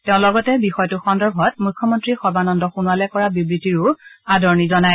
তেওঁ লগতে বিষয়টো সন্দৰ্ভত মুখ্যমন্ত্ৰী সৰ্বানন্দ সোণোৱালে কৰা বিবৃতিৰো আদৰণি জনায়